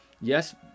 Yes